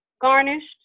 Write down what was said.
garnished